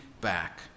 back